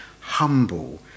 Humble